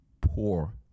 poor